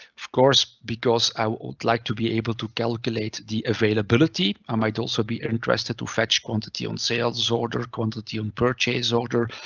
of course, because i would like to be able to calculate the availability, i might also be interested to fetch quantity on sales order, quantity on purchase order,